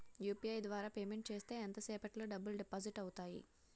UPI ద్వారా payment చేస్తే ఎంత సేపటిలో డబ్బులు డిపాజిట్ అవుతాయి?